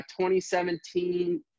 2017 –